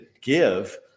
give